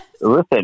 listen